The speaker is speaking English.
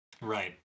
Right